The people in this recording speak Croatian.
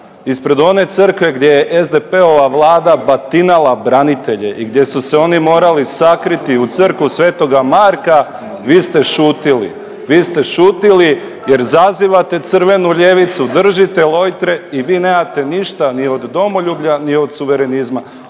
ispred one crkve gdje je SDP-ova vlada batinala branitelje i gdje su se oni morali sakriti u Crkvu sv. Marka vi ste šutili, vi ste šutili jer zazivate crvenu ljevicu, držite lojtre i vi nemate ništa ni od domoljublja ni od suverenizma,